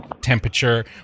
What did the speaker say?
temperature